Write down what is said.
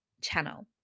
channel